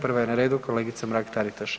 Prva je na redu kolegica Mrak – Taritaš.